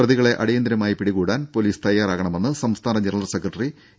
പ്രതികളെ അടിയന്തരമായി പിടികൂടാൻ പൊലീസ് തയ്യാറാകണമെന്ന് സംസ്ഥാന ജനറൽ സെക്രട്ടറി എ